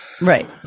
Right